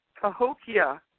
Cahokia